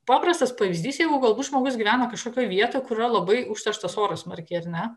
paprastas pavyzdys jeigu galbūt žmogus gyvena kažkokioj vietoj kur yra labai užterštas oras smarkiai ar ne